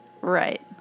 Right